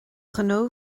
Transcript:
ghnó